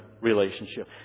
relationship